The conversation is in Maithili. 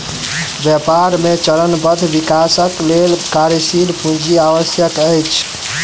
व्यापार मे चरणबद्ध विकासक लेल कार्यशील पूंजी आवश्यक अछि